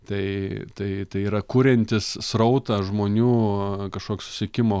tai tai yra kuriantis srautas žmonių kažkoks susisiekimo